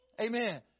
Amen